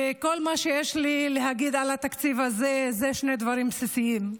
וכל מה שיש לי להגיד על התקציב הזה הוא שני דברים בסיסיים: